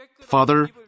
Father